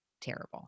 terrible